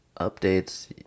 updates